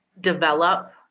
develop